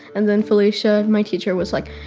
and then felicia, my teacher was like,